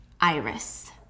Iris